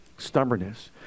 stubbornness